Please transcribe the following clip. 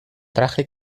traje